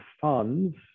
funds